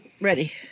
Ready